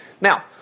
Now